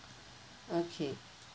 okay